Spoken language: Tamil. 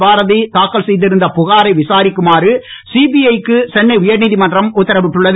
பாரதி தாக்கல் செய்திருந்த புகாரை விசாரிக்குமாறு சிபிஐ க்கு சென்னை உயர் நீதிமன்றம் உத்தரவிட்டுள்ளது